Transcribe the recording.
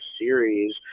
series